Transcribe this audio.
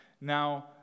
Now